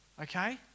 Okay